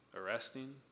arresting